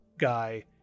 guy